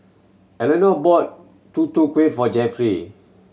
Elenor bought Tutu Kueh for Jeffery